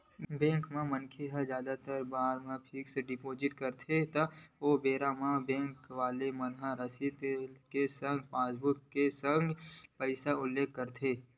bank म मनखे ह जादा बेरा बर फिक्स डिपोजिट करथे त ओ बेरा म बेंक वाले मन रसीद के संग पासबुक के संग पइसा के उल्लेख करथे